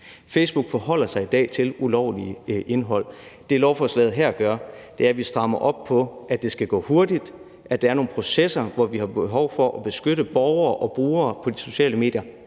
Facebook forholder sig i dag til ulovligt indhold. Det, lovforslaget her gør, er at stramme op på, at det skal gå hurtigt, at der er nogle processer, hvor vi har behov for at beskytte borgere og brugere på de sociale medier